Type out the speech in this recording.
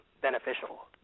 beneficial